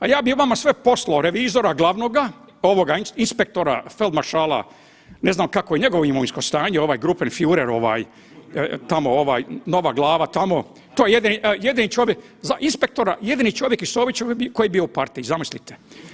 A ja bih vama sve poslao revizora glavnoga inspektora feldmaršala ne znam kakvo je njegovo imovinsko stanje ovaj gruppenfuhrer nova glava tamo, to je jedini čovjek, za inspektora jedini čovjek iz … koji je bio u partiji, zamislite.